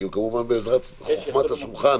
כמובן בעזרת חוכמת השולחן